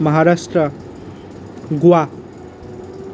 Maharashtra Goa